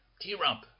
T-Rump